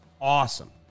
awesome